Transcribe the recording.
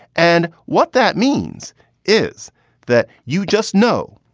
and what that means is that you just know,